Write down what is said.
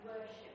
Worship